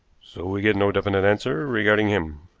so we get no definite answer regarding him,